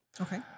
Okay